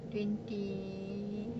twenty